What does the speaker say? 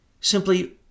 simply